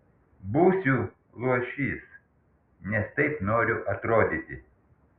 būsiu luošys nes taip noriu atrodyti